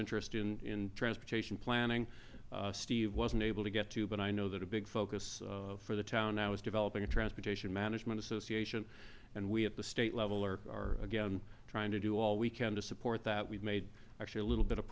interest in transportation planning steve was unable to get to but i know that a big focus for the town now is developing a transportation management association and we at the state level are are again trying to do all we can to support that we've made actually a little bit of